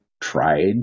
tried